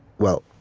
well,